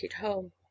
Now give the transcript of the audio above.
home